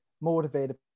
motivated